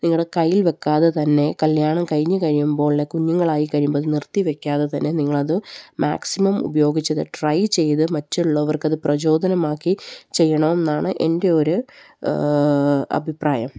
നിങ്ങളുടെ കയ്യിൽ വെയ്ക്കാതെ തന്നെ കല്യാണം കഴിഞ്ഞുകഴിയുമ്പോൾ അല്ലെങ്കില് കുഞ്ഞുങ്ങളായി കഴിയുമ്പോള് അത് നിർത്തിവെയ്ക്കാതെ തന്നെ നിങ്ങളത് മാക്സിമം ഉപയോഗിച്ചത് ട്രൈ ചെയ്ത് മറ്റുള്ളവർക്കത് പ്രചോദനമാക്കി ചെയ്യണമെന്നാണ് എൻ്റെയൊരു അഭിപ്രായം